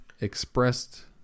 expressed